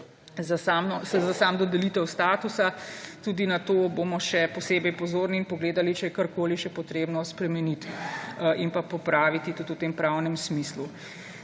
za samo dodelitev statusa. Tudi na to bomo še posebej pozorni in pogledali, če je karkoli še treba spremeniti in pa popraviti tudi v tem pravnem smislu.